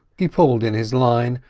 he pulled in his line,